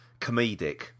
comedic